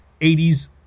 80s